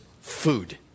food